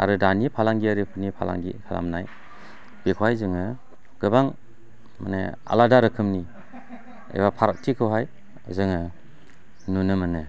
आरो दानि फालांगियारिफोरनि फालांगि खालामनाय बेखौहाय जोङो गोबां माने आलादा रोखोमनि एबा फारागथिखौहाय जोङो नुनो मोनो